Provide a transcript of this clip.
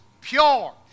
pure